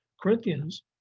Corinthians